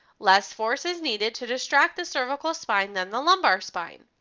less force is needed to distract the cervical spine than the lumbar spine.